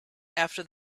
after